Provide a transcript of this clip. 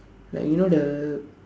like you know the